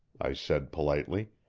i said politely.